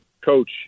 Coach